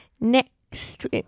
next